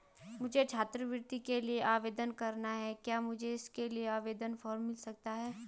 मुझे छात्रवृत्ति के लिए आवेदन करना है क्या मुझे इसका आवेदन फॉर्म मिल सकता है?